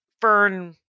fern